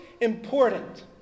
important